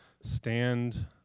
stand